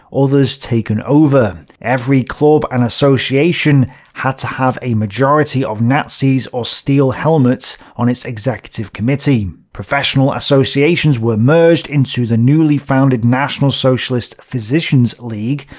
others taken over, every club and association had to have a majority of nazis or steel helmets on its executive committee. professional associations were merged into the newly founded national socialist physicians' league,